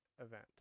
event